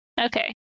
Okay